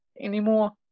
anymore